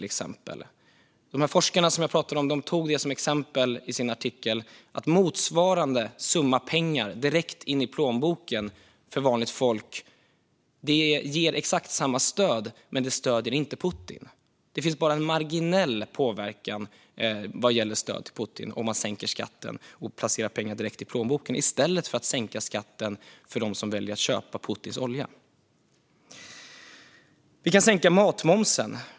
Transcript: De forskare som jag pratar om tar som exempel i sin artikel upp att motsvarande summa pengar direkt in i plånboken för vanligt folk ger exakt samma stöd, men det stöder inte Putin. Det blir bara en marginell påverkan vad gäller stöd till Putin om man sänker skatten och placerar pengar direkt i plånboken i stället för att sänka skatten för dem som väljer att köpa Putins olja. Vi kan sänka matmomsen.